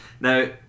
Now